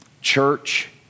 church